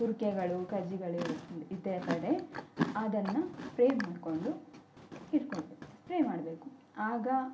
ತುರಿಕೆಗಳು ಕಜ್ಜಿಗಳು ಇರ ಇತರೆ ಕಡೆ ಅದನ್ನು ಸ್ಪ್ರೇ ಮಾಡಿಕೊಂಡು ಇಟ್ಟುಕೊಳ್ಬೇಕು ಸ್ಪ್ರೇ ಮಾಡಬೇಕು ಆಗ